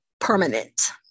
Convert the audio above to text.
permanent